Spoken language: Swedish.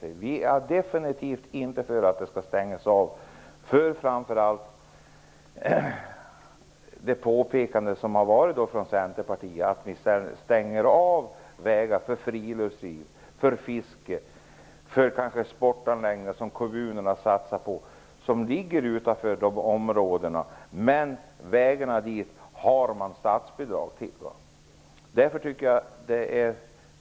Vi i Vänsterpartiet är definitivt inte för att det skall stängas av. Centerpartiet har påpekat att man stänger av vägar för friluftsliv, för fiske och kanske för sportanläggningar som kommunerna har satsat på och som ligger utanför vissa områden. Men man har statsbidrag för vägarna dit.